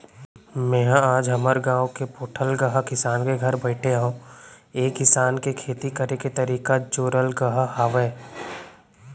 मेंहा आज हमर गाँव के पोठलगहा किसान के घर बइठे हँव ऐ किसान के खेती करे के तरीका जोरलगहा हावय